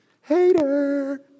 Hater